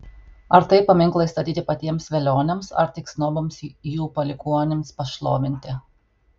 ar tai paminklai statyti patiems velioniams ar tik snobams jų palikuonims pašlovinti